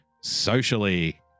socially